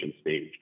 stage